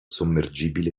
sommergibile